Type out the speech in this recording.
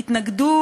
התנגדו